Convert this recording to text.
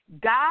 God